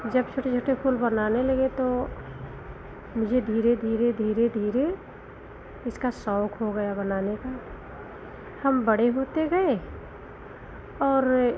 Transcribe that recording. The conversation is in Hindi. जब छोटे छोटे फूल बनाने लगे तो मुझे धीरे धीरे धीरे धीरे इसका शौक हो गया बनाने का हम बड़े होते गए और ये